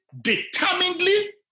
determinedly